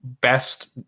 best